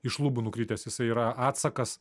iš lubų nukritęs jisai yra atsakas